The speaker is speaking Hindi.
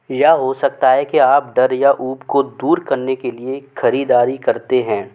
या हो सकता है कि आप डर या ऊब को दूर करने के लिए खरीदारी करते हैं